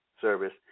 service